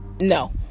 no